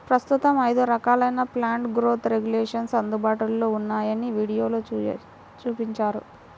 ప్రస్తుతం ఐదు రకాలైన ప్లాంట్ గ్రోత్ రెగ్యులేషన్స్ అందుబాటులో ఉన్నాయని వీడియోలో చూపించారు